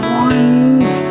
ones